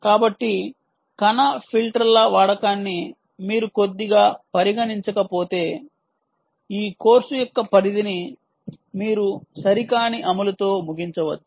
కాబట్టి కణ ఫిల్టర్ల వాడకాన్ని మీరు కొద్దిగా పరిగణించకపోతే ఈ కోర్సు యొక్క పరిధిని మించినది మీరు సరికాని అమలుతో ముగించవచ్చు